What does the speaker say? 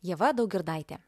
ieva daugirdaitė